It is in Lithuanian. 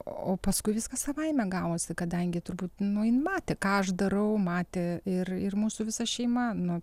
o paskui viskas savaime gavosi kadangi turbūt nu ji matė ką aš darau matė ir ir mūsų visa šeima nu